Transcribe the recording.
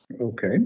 Okay